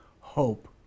hope